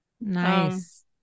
Nice